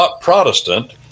Protestant